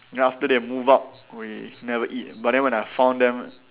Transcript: then after that move out we never eat but then when I found them